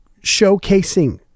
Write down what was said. showcasing